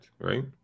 right